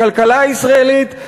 לכלכלה הישראלית,